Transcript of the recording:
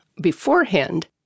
beforehand